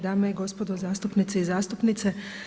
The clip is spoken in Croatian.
Dame i gospodo zastupnice i zastupnici.